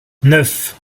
neuf